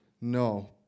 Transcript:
No